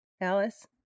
Alice